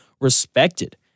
respected